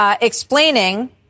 explaining